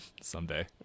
someday